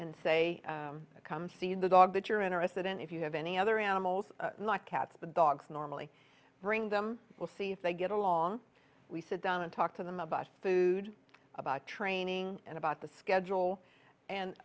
and say come see in the dog that you're interested in if you have any other animals like cats and dogs normally bring them we'll see if they get along we sit down and talk to them about food about training and about the schedule and